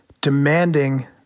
demanding